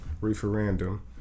Referendum